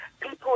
people